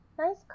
nice